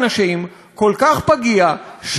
כל כך פגיע: שבר יגור,